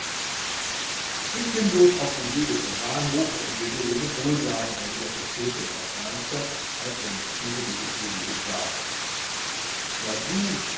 ich bin auf dem wege zum bahnhofe und will dir nur lebewohl sagen erwiderte stilpe etwas ernster als es im stile dieses milieus war nanu doch